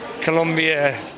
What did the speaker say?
Colombia